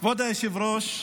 כבוד היושב-ראש,